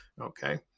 Okay